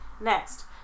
Next